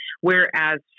whereas